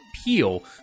appeal